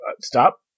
Stop